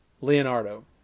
Leonardo